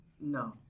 No